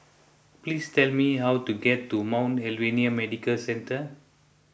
please tell me how to get to Mount Alvernia Medical Centre